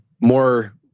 more